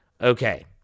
Okay